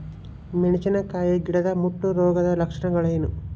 ಮೆಣಸಿನಕಾಯಿ ಗಿಡದ ಮುಟ್ಟು ರೋಗದ ಲಕ್ಷಣಗಳೇನು?